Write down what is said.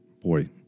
Boy